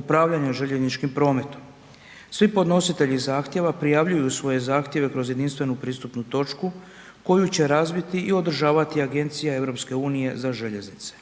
upravljanja željezničkim prometom. Svi podnositelji zahtjeva prijavljuju svoje zahtjeve kroz jedinstvenu pristupnu točku koju će razviti i održavati Agencija EU za željeznice.